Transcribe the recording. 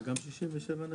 גם נשים גיל 67?